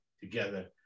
together